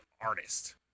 artist